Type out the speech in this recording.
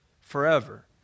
forever